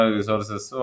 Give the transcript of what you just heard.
resources